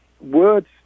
Words